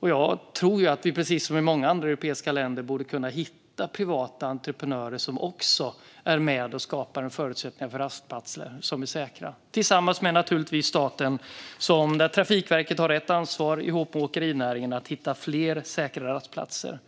Jag tror att vi, precis som i många andra europeiska länder, borde kunna hitta privata entreprenörer som också är med och skapar förutsättningar för rastplatser som är säkra, naturligtvis tillsammans med staten. Där har Trafikverket ett ansvar tillsammans med åkerinäringen att hitta fler säkra rastplatser.